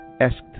asked